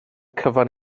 cyfan